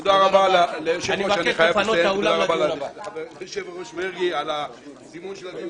תודה רבה ליושב ראש חבר הכנסת מרגי על זימון הדיון.